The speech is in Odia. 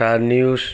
ତା ନ୍ୟୁଜ